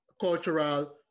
cultural